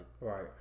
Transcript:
Right